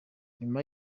nyuma